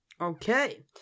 Okay